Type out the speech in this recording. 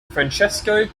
francesco